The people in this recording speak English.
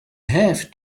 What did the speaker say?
have